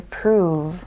prove